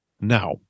Now